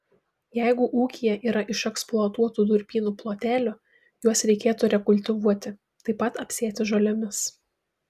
jeigu ūkyje yra išeksploatuotų durpynų plotelių juos reikėtų rekultivuoti taip pat apsėti žolėmis